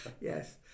yes